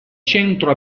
centro